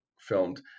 filmed